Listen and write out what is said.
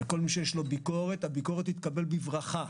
כל מי שיש לו ביקורת, הביקורת תתקבל בברכה.